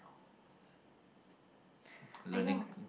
I know